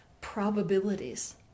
probabilities